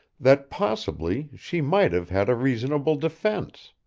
that possibly she might have had a reasonable defence.